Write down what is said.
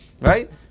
right